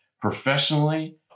professionally